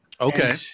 Okay